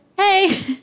hey